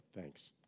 thanks